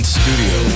studio